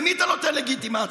למי אתה נותן לגיטימציה?